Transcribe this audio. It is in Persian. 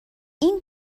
این